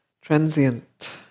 transient